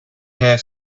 here